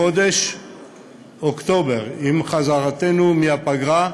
בחודש אוקטובר, עם חזרתנו מהפגרה,